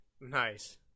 Nice